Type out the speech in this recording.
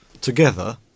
together